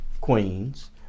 queens